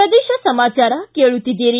ಪ್ರದೇಶ ಸಮಾಚಾರ ಕೇಳುತ್ತಿದ್ದೀರಿ